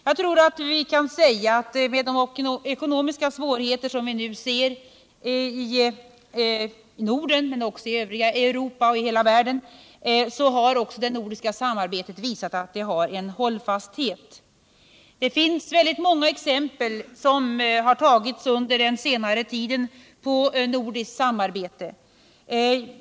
Jag tror vi kan säga att även med de ekonomiska svårigheter som vi nu ser prov på, inte bara i Norden utan också i det övriga Europa och i hela världen, har det nordiska samarbetet visat att det har en god hållfasthet. Det finns under senare tid många exempel på sådant nordiskt samarbete.